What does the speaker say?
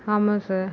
ஆமாம் சார்